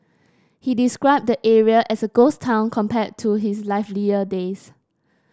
he described the area as a ghost town compared to its livelier days